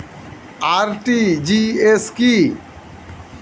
RTGS কি?